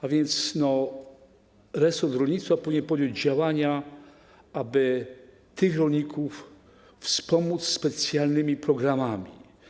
A więc resort rolnictwa powinien podjąć działania, aby tych rolników wspomóc specjalnymi programami.